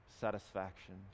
satisfaction